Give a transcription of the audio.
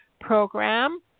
program